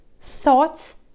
thoughts